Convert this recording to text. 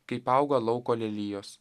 kaip auga lauko lelijos